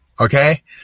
okay